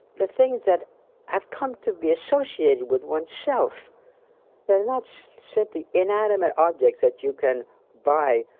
the things that have come to be associated with oneself they're not simply inanimate objects that you can buy,